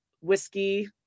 whiskey